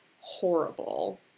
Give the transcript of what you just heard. horrible